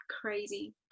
crazy